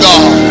God